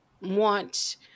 want